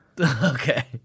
Okay